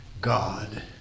God